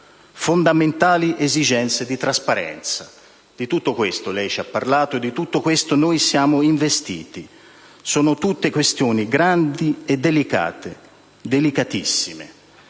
fondamentali esigenze di trasparenza. Di tutto questo lei ci ha parlato e di tutto questo siamo investiti: sono tutte questioni grandi e delicatissime,